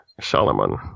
Solomon